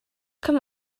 come